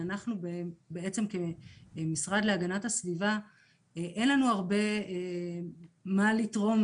אנחנו כמשרד להגנת הסביבה אין לנו הרבה מה לתרום